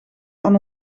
aan